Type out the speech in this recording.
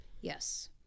Yes